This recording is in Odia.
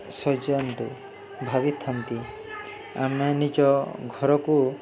ସଜାନ୍ତି ଭାବିଥାନ୍ତି ଆମେ ନିଜ ଘରକୁ